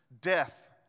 death